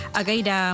agaida